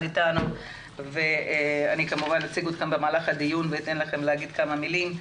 איתנו ואני כמובן אציג אתכם במהלך הדיון ואתן לכם לומר כמה מילים,